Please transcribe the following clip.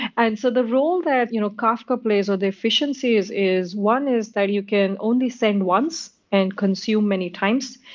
and so the role that you know kafka plays or the efficiencies is one is that you can only send once and consume many times.